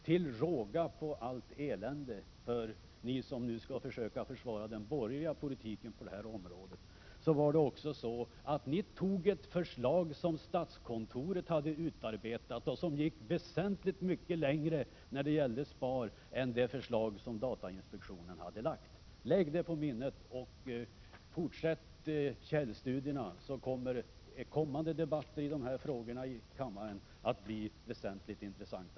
Till råga på allt elände — för er som nu skall försöka försvara den borgerliga politiken på detta område — antog ni också ett förslag som statskontoret hade utarbetat och som gick väsentligt mycket längre när det gällde SPAR än det förslag som datainspektionen hade lagt fram. Lägg det på minnet och fortsätt källstudierna, så blir kommande debatter i denna fråga i kammaren väsentligt mera intressanta!